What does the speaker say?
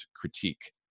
critique